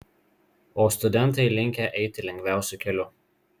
o studentai linkę eiti lengviausiu keliu